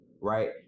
right